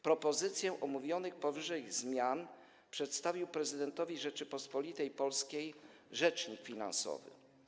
Propozycję omówionych powyżej zmian przedstawił prezydentowi Rzeczypospolitej Polskiej rzecznik finansowy.